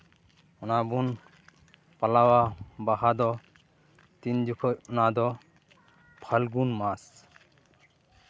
ᱚᱱᱟ ᱵᱚᱱ ᱯᱟᱞᱟᱣᱟ ᱵᱟᱦᱟ ᱫᱚ ᱛᱤᱱ ᱡᱚᱠᱷᱚᱱ ᱚᱱᱟ ᱫᱚ ᱯᱷᱟᱞᱜᱩᱱ ᱢᱟᱥ